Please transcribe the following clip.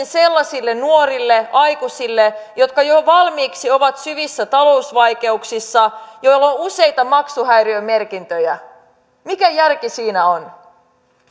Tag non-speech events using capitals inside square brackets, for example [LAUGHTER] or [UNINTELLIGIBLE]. [UNINTELLIGIBLE] sellaisille nuorille aikuisille jotka jo valmiiksi ovat syvissä talousvaikeuksissa joilla on useita maksuhäiriömerkintöjä mikä järki siinä on